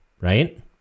Right